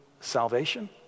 salvation